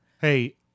Hey